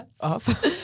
off